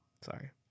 Sorry